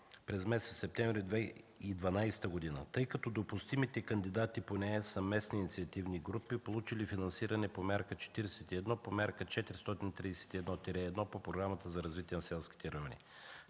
през месец септември 2012 г., тъй като допустимите кандидати по нея са местни инициативни групи, получили финансиране по Мярка 41, по Мярка 431. 1. по Програмата за развитие на селските райони.